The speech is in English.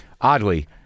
Oddly